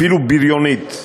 אפילו בריונית,